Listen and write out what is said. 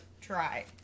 try